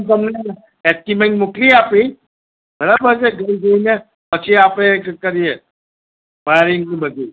હું તમને છે ને એસ્ટીમેટ મોકલી આપીશ બરાબર છે ઘર જોઈને પછી આપણે એ કરીએ વાયરીંગ ને બધું